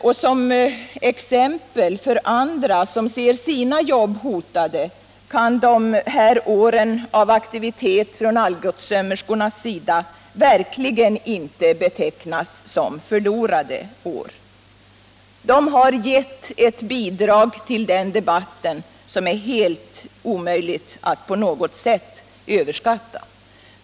Och som exempel för andra som ser sina jobb hotade kunde dessa år av aktivitet från Algotssömmerskornas sida verkligen inte betecknas som förlorade år. De har givit ett bidrag till denna debatt som inte kan överskattas.